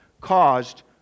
caused